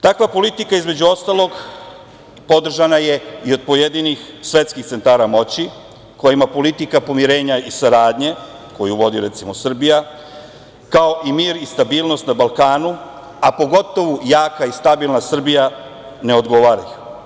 Takva politika između ostalog, podržavana je i od pojedinih svetskih centara moći kojima politika pomirenja i saradnje, koju vodi, recimo Srbija, kao i mir i stabilnost na Balkanu, a pogotovu jaka i stabilna Srbija ne odgovaraju.